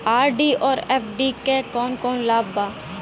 RD और FD क कौन कौन लाभ बा?